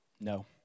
No